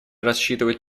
рассчитывать